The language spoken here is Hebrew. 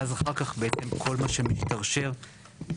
ואז אחר כך בעצם כל מה שמשתרשר בפסקאות